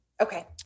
Okay